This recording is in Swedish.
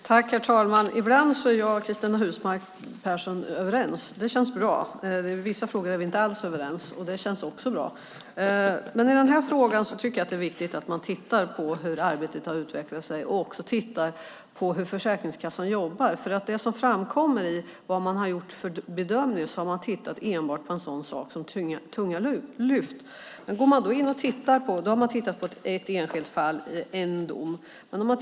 Herr talman! Ibland är jag och Cristina Husmark Pehrsson överens. Det känns bra. I vissa frågor är vi inte alls överens, och det känns också bra. I den här frågan tycker jag att det är viktigt att man tittar på hur arbetet har utvecklat sig och hur Försäkringskassan jobbar. Enligt vad som har framkommit har man vid bedömningen enbart tittat på en sådan sak som tunga lyft. Man har tittat på en dom, ett enskilt fall.